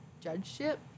judgeship